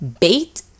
Bait